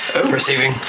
receiving